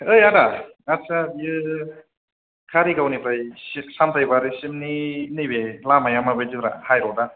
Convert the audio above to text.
ओइ आदा आदसा बियो कारिगाव निफ्राय सामथाइबारि सिमनि नैबे लामाया माबायदिब्रा बे हाइर'डा